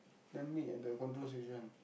then meet at the control station